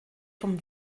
vom